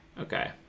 Okay